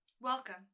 Welcome